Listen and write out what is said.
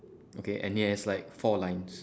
okay and he has like four lines